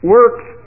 Works